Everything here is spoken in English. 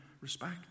Respect